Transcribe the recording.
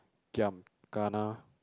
giam kana